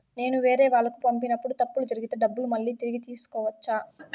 నేను వేరేవాళ్లకు పంపినప్పుడు తప్పులు జరిగితే డబ్బులు మళ్ళీ తిరిగి తీసుకోవచ్చా?